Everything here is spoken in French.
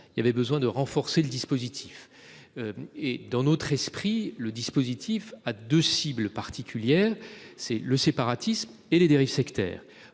il était nécessaire de renforcer le dispositif. Dans notre esprit, le dispositif vise deux cibles particulières : le séparatisme et les dérives sectaires.